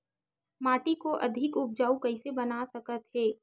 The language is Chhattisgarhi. माटी को अधिक उपजाऊ कइसे बना सकत हे?